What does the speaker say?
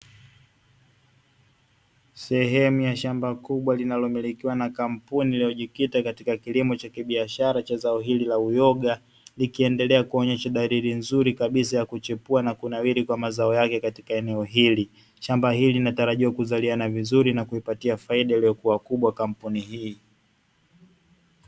Sehemu ya shamba kubwa inayomilikiwa na kampuni iliyojikita katika kilimo cha kibiashara cha zao hili la uyoga, likiendela kuonesha dalili nzuri kabisa ya kuchipua na kunawiri kwa mazao yake katika eneo hili. Shamba hili linatarajiwa kuzaliana vizuri na kuipatia faida iliyokuwa kubwa kampuni hii.